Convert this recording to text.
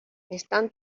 están